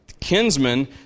Kinsmen